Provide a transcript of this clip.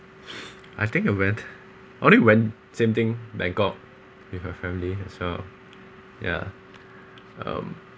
I think I went I think when same thing bangkok with my family and so yeah um